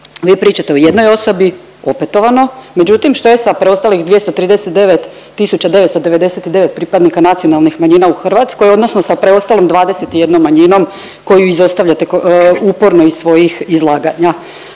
Vi pričate o jednoj osobi, opetovano, međutim, što je sa preostalih 239 999 pripadnika nacionalnih manjina u Hrvatskoj, odnosno sa preostalom 21 manjinom koju izostavljate uporno iz svojih izlaganja?